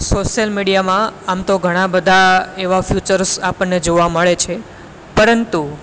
social મીડિયામાં આમ તો ઘણા બધા એવા ફયુચર્સ આપણને જોવા મળે છે પરંતુ